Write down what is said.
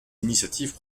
initiatives